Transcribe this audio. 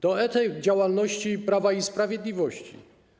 To efekt działalności Prawa i Sprawiedliwości.